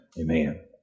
amen